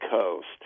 coast